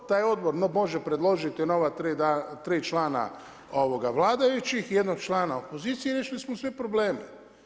Taj Odbor može predložiti nova tri člana vladajućih i jednog člana opozicije i riješili smo sve probleme.